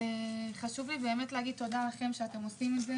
חשוב לי להודות לכם שאתם מקיימים את הדיון